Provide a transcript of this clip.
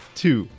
two